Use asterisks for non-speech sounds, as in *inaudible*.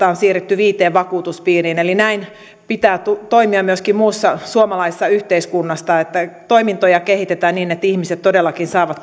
*unintelligible* on siirrytty viiteen vakuutuspiiriin näin pitää toimia myöskin muussa suomalaisessa yhteiskunnassa että toimintoja kehitetään niin että ihmiset todellakin saavat *unintelligible*